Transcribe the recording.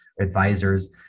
advisors